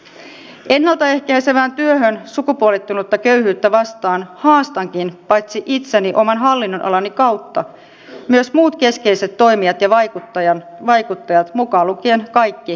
ennalta ehkäisevään työhön sukupuolittunutta köyhyyttä vastaan haastankin paitsi itseni oman hallinnonalani kautta myös muut keskeiset toimijat ja vaikuttajat mukaan lukien kaikki eduskuntapuolueet